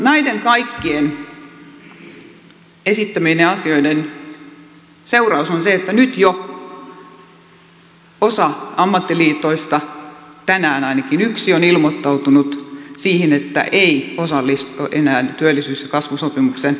näiden kaikkien esittämieni asioiden seuraus on se että nyt jo osa ammattiliitoista tänään ainakin yksi on ilmoittanut että ei osallistu enää työllisyys ja kasvusopimuksen kolmanteen vuoteen